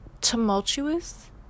tumultuous